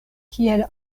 kiel